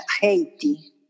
Haiti